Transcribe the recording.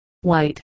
white